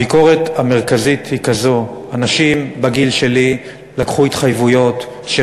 הביקורת המרכזית היא כזאת: אנשים בגיל שלי לקחו התחייבויות של